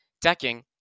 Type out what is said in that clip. decking